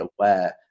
aware